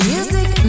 Music